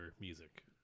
music